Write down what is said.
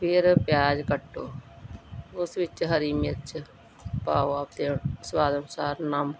ਫਿਰ ਪਿਆਜ ਕੱਟੋ ਉਸ ਵਿੱਚ ਹਰੀ ਮਿਰਚ ਪਾਵਾ ਅਤੇ ਸਵਾਦ ਅਨੁਸਾਰ ਨਮਕ